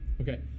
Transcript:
Okay